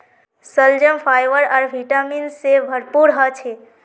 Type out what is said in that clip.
शलजम फाइबर आर विटामिन से भरपूर ह छे